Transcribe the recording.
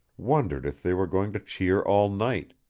wondered if they were going to cheer all night.